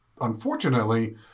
Unfortunately